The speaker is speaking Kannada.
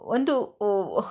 ಒಂದು